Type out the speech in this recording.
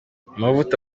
amavuta